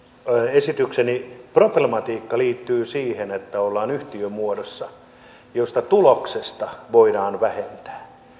esitykseni problematiikka liittyy siihen että ollaan yhtiömuodossa ja tuloksesta voidaan vähentää